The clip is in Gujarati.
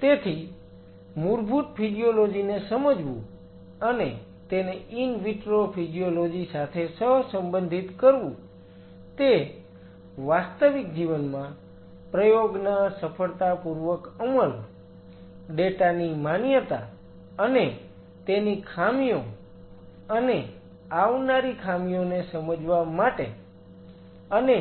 તેથી મૂળભૂત ફિજીયોલોજી ને સમજવું અને તેને ઈન વિટ્રો ફિજીયોલોજી સાથે સહસંબંધિત કરવું તે વાસ્તવિક જીવનમાં પ્રયોગના સફળતાપૂર્વક અમલ ડેટા ની માન્યતા અને તેની ખામીઓ અને આવનારી ખામીઓને સમજવા માટે અને